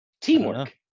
teamwork